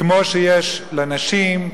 כמו שיש לנשים,